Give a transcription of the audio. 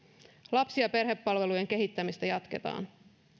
lapsi ja perhepalvelujen kehittämistä jatketaan